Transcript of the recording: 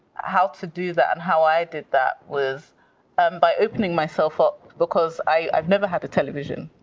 how to do that, and how i did that was um by opening myself up. because i've never had a television.